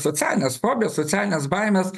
socialinės fobijos socialinės baimės